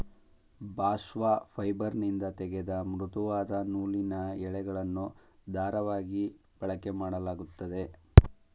bast ಫೈಬರ್ನಿಂದ ತೆಗೆದ ಮೃದುವಾದ ನೂಲಿನ ಎಳೆಗಳನ್ನು ದಾರವಾಗಿ ಬಳಕೆಮಾಡಲಾಗುತ್ತದೆ